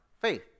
faith